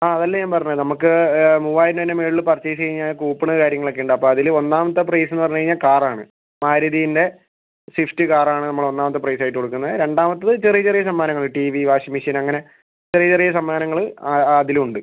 ആ അതല്ലെ ഞാൻ പറഞ്ഞത് നമുക്ക് മൂവായിരം രൂപേന്റെ മുകളിൽ പർച്ചേസ് ചെയ്താൽ കൂപ്പൺ കാര്യങ്ങൾ ഒക്കെ ഉണ്ട് അപ്പം അതിൽ ഒന്നാമത്തെ പ്രൈസ് എന്ന് പറഞ്ഞ് കഴിഞ്ഞാൽ കാർ ആണ് മാരുതീന്റെ സ്വിഫ്റ്റ് കാർ ആണ് നമ്മൾ ഒന്നാമത്ത പ്രൈസ് ആയിട്ട് കൊടുക്കുന്നത് രണ്ടാമത്തത് ചെറിയ ചെറിയ സമ്മാനങ്ങൾ ടി വി വാഷിംഗ് മെഷീൻ അങ്ങനെ ചെറിയ ചെറിയ സമ്മാനങ്ങൾ ആ അതിലും ഉണ്ട്